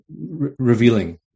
revealing